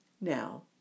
Now